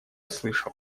слышал